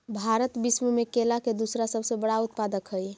भारत विश्व में केला के दूसरा सबसे बड़ा उत्पादक हई